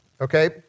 okay